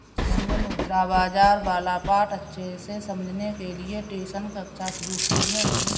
मैंने मुद्रा बाजार वाला पाठ अच्छे से समझने के लिए ट्यूशन कक्षा शुरू की है